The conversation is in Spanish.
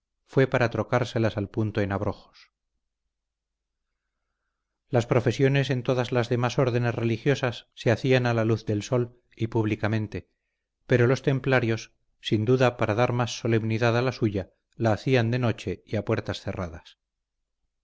fue para trocárselas al punto en abrojos las profesiones en todas las demás órdenes religiosas se hacían a la luz del sol y públicamente pero los templarios sin duda para dar más solemnidad a la suya la hacían de noche y a puertas cerradas